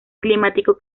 climático